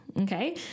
Okay